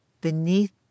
beneath